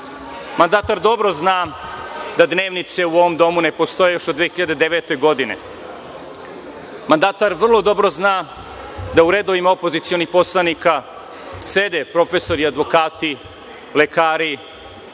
dobro zna da dnevnice u ovom domu ne postoje još od 2009. godine. Mandatar vrlo dobro zna da u redovima opozicionih poslanika sede profesori, advokati, lekari,